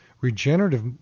regenerative